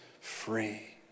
free